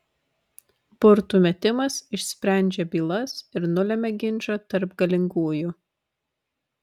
burtų metimas išsprendžia bylas ir nulemia ginčą tarp galingųjų